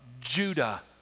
judah